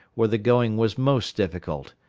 where the going was most difficult,